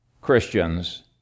Christians